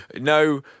no